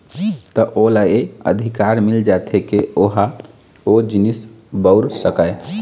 त ओला ये अधिकार मिल जाथे के ओहा ओ जिनिस बउर सकय